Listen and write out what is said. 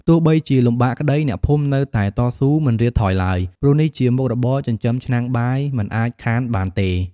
ទោះបីជាលំបាកក្តី អ្នកភូមិនៅតែតស៊ូមិនរាថយឡើយ ព្រោះនេះជាមុខរបរចិញ្ចឹមឆ្នាំងបាយ មិនអាចខានបានទេ ។